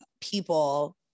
people